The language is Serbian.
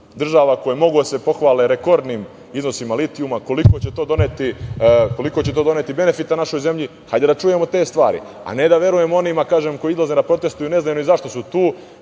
država koja može da se pohvali rekordnim iznosima litijuma, da vidimo koliko će to doneti benefita našoj zemlji. Hajde da čujemo te stvari, a ne da verujemo onima koji izlaze da protestuju a ne znaju ni zašto su tu,